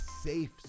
safe